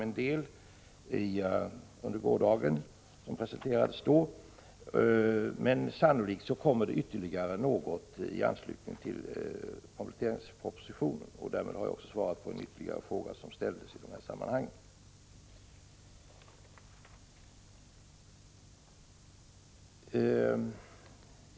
En del besparingsförslag presenterades i går, men sannolikt kommer det alltså ytterligare något i anslutning till kompletteringspropositionen. Därmed har jag besvarat den fråga som ställdes i sammanhanget.